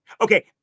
Okay